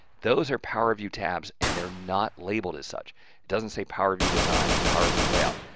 those are power view tabs and they're not labeled as such. it doesn't say power view design and power view layout.